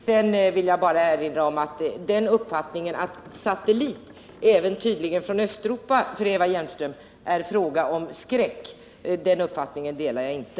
Sedan vill jag bara notera att en TV-satellit, tydligen även en från Östeuropa, är för Eva Hjelmström någonting som inger skräck. Den uppfattningen delar jag inte.